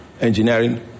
engineering